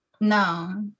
no